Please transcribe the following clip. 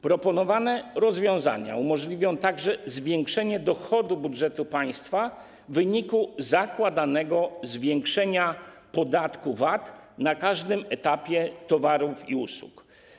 Proponowane rozwiązania umożliwią także zwiększenie dochodu budżetu państwa w wyniku zakładanego zwiększenia kwoty podatku VAT na każdym etapie obrotu towarami i usługami.